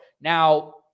Now